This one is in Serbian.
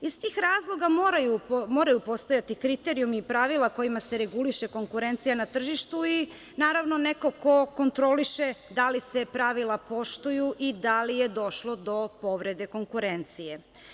Iz tih razloga, moraju postojati kriterijumi i pravila kojima se reguliše konkurencija na tržištu i, naravno, neko ko kontroliše da li se pravila poštuju i da li je došlo do povrede konkurencije.